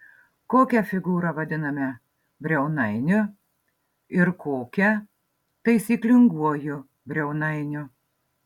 kokią figūrą vadiname briaunainiu ir kokią taisyklinguoju briaunainiu